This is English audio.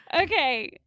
Okay